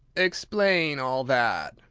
explain all that,